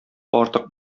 артык